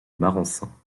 marensin